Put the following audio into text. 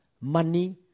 money